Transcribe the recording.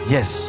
Yes